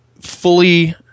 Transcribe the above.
fully